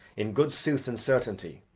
in good sooth and certainty,